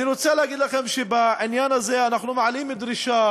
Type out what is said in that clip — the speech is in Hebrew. אני רוצה להגיד לכם שבעניין הזה אנחנו מעלים דרישה